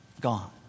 gone